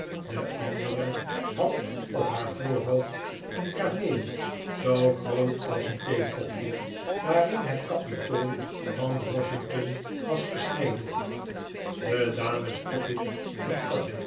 de andere had op haar voorhoofd een camee zoo groot als een theekopje waarin het kapitool van washington was gesneden de dames toppit